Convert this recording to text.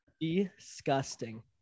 Disgusting